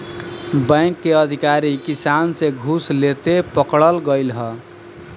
bank के अधिकारी किसान से घूस लेते पकड़ल गइल ह